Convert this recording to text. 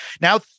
Now